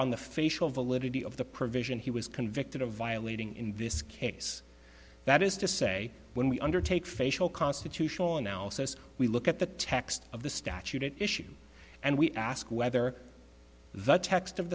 on the facial validity of the provision he was convicted of violating in this case that is to say when we undertake facial constitutional analysis we look at the text of the statute issue and we ask whether the text of